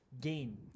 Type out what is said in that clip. gain